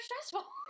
stressful